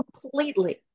completely